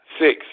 six